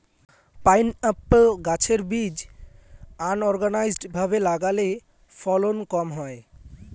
pineapple গাছের বীজ unorganised ভাবে লাগালে ফলন কম হয়